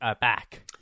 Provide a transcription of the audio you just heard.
back